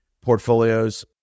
portfolios